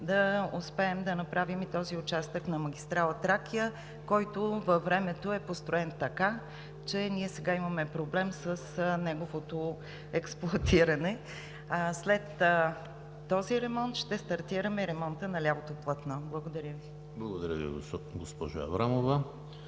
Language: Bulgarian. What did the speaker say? да успеем да направим и този участък на магистрала „Тракия“, който във времето е построен така, че ние сега имаме проблем с неговото експлоатиране. След този ремонт ще стартираме ремонта на лявото платно. Благодаря Ви. ПРЕДСЕДАТЕЛ ЕМИЛ ХРИСТОВ: